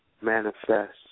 manifest